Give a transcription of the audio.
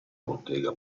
bottega